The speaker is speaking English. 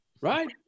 right